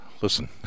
listen